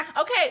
Okay